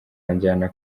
anjyana